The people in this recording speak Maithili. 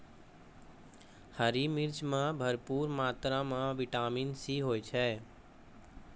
हरी मिर्च मॅ भरपूर मात्रा म विटामिन सी होय छै